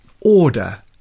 order